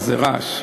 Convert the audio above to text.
איזה רעש,